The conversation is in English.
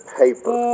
paper